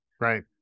Right